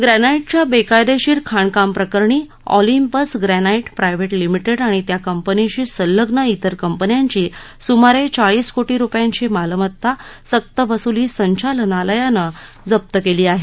ग्रॅनाईटच्या बेकायदेशीर खाणकाम प्रकरणी ऑलिम्पस ग्रॅनाईट प्रायव्हेट लिमिटेड आणि त्या कंपनीशी संलग्न तिर कंपन्याची सुमारे चाळीस कोटी रूपयांची मालमत्ता सक्तवसुली संचालयानं जप्त केली आहे